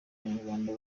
banyarwanda